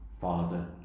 father